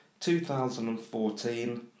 2014